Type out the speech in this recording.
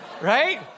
right